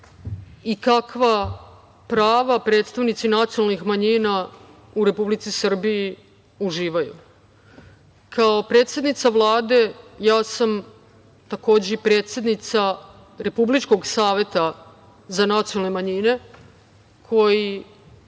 i kakva prava predstavnici nacionalnih manjina u Republici Srbiji uživaju. Kao predsednica Vlade, ja sam takođe i predsednica republičkog Saveta za nacionalne manjine koji